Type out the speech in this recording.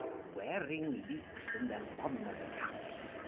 wearing leekes in their monmouth caps,